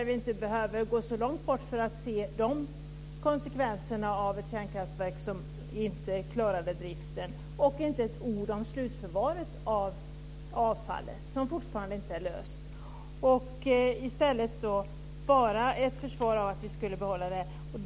Vi behöver inte gå så långt bort för att se konsekvenserna av att ett kärnkraftverk inte klarade driften. Han säger inte ett ord om slutförvaret av avfallet, som fortfarande inte är löst. I stället försvarar han att man behåller kärnkraften.